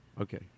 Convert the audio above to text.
Okay